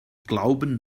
glauben